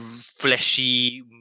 fleshy